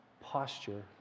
posture